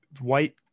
white